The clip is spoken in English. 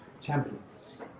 champions